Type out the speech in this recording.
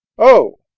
oh,